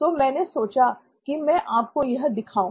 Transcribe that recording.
तो मैंने सोचा कि मैं आपको वह दिखाऊं